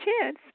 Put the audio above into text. chance